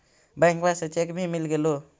बैंकवा से चेक भी मिलगेलो?